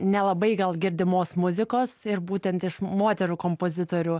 nelabai gal girdimos muzikos ir būtent iš moterų kompozitorių